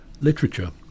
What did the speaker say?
literature